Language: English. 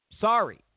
sorry